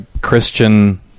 Christian